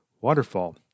waterfall